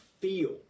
feel